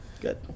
Good